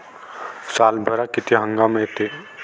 सालभरात किती हंगाम येते?